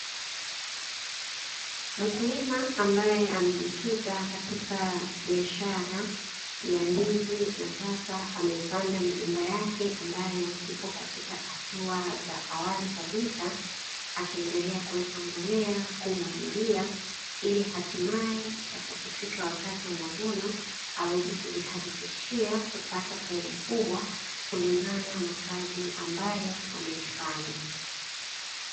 Mkulima ambaye amejikita katika biashara ya ndizi na sasa ameipanda migomba yake ambayo iko katika hatua za awali kabisa; akiendelea kuweka mbolea, kumwagilia ili hatimaye itakapofika wakati wa mavuno aweze kujihakikishia kupata faida kubwa kulingana na kazi ambayo ameifanya.